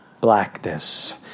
blackness